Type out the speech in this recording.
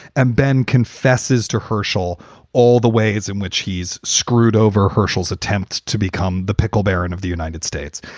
and ben confesses to hershel all the ways in which he's screwed over herschel's attempt to become the pickle baron of the united states.